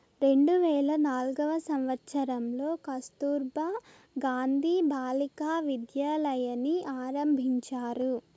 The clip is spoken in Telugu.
రెండు వేల నాల్గవ సంవచ్చరంలో కస్తుర్బా గాంధీ బాలికా విద్యాలయని ఆరంభించారు